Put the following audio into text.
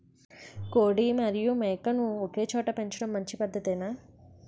కోడి మరియు మేక ను ఒకేచోట పెంచడం మంచి పద్ధతేనా?